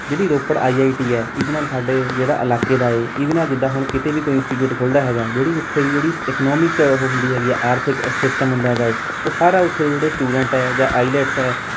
ਜਿਹੜੀ Ropar I I T ਹੈ ਇਹਦੇ ਨਾਲ ਸਾਡੇ ਜਿਹੜਾ ਇਲਾਕੇ ਦਾ ਹੈ ਇਹਦੇ ਨਾਲ ਜਿੱਦਾਂ ਹੁਣ ਕਿਤੇ ਵੀ ਕੋਈ ਇੰਸਟੀਚਿਊਟ ਖੁੱਲ੍ਹਦਾ ਹੈਗਾ ਜਿਹੜੀ ਉੱਥੇ ਦੀ ਜਿਹੜੀ ਈਕਨੋਮੀਕ ਉਹ ਹੁੰਦੀ ਹੈਗੀ ਆ ਆਰਥਿਕ ਸਿਸਟਮ ਹੁੰਦਾ ਹੈਗਾ ਹੈ ਉਹ ਸਾਰਾ ਉੱਥੇ ਦੇ ਜਿਹੜੇ ਸਟੂਡੈਂਟ ਹੈ ਜਾਂ ਆਈਲੈਟਸ ਹੈ